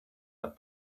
are